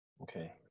Okay